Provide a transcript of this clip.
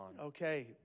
Okay